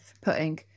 putting